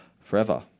forever